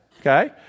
Okay